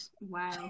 Wow